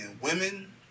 women